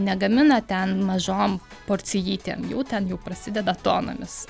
negamina ten mažom porcijytėm jau ten jau prasideda tonomis